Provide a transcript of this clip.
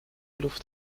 luft